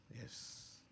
Yes